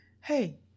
hey